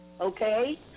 okay